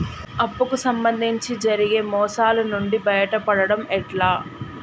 అప్పు కు సంబంధించి జరిగే మోసాలు నుండి బయటపడడం ఎట్లా?